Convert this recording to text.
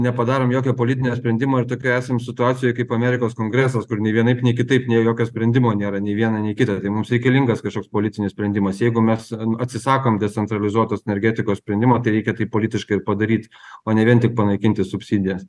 nepadarom jokio politinio sprendimo ir tokioj esam situacijoj kaip amerikos kongresas kur nei vienaip nei kitaip nėr jokio sprendimo nėra nei viena nei kita tai mums reikalingas kažkoks politinis sprendimas jeigu mes atsisakom decentralizuotos energetikos sprendimo reikia taip politiškai ir padaryt o ne vien tik panaikinti subsidijas